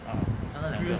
ah 看到两个